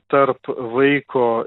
tarp vaiko